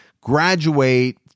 graduate